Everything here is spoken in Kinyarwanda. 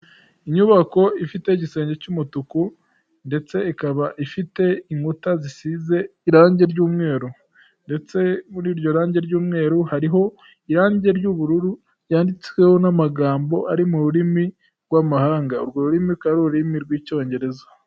Inyubako ifite igisenge cy'umutuku ndetse ikaba ifite inkuta zisize irangi ry'umweru, ndetse muri iryo rangi ry'umweru hariho irangi ry'ubururu ryanditsweho n'amagambo ari mu rurimi rw'amahanga, urwo rurimi akaba ari ururimi rw'icyongereza.